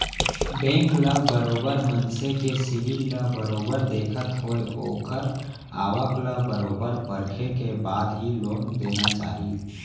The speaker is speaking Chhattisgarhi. बेंक ल बरोबर मनसे के सिविल ल बरोबर देखत होय ओखर आवक ल बरोबर परखे के बाद ही लोन देना चाही